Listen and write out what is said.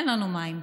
אין לנו מים.